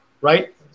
right